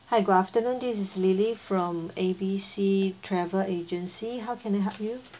hi good afternoon this is lily from A B C travel agency how can I help you